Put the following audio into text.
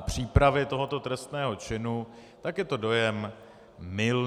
přípravy tohoto trestného činu, tak je to dojem mylný.